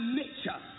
nature